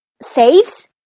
saves